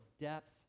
depth